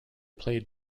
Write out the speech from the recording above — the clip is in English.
played